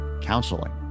counseling